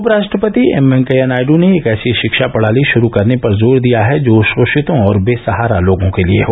उपराष्ट्रपति एम वेंकैया नायड् ने एक ऐसी शिक्षा प्रणाली शुरू करने पर जोर दिया है जो शोषितों और बेसहारा लोगों के लिए हो